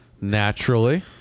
Naturally